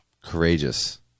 Courageous